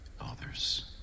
others